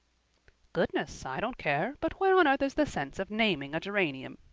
goodness, i don't care. but where on earth is the sense of naming a geranium?